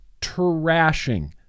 trashing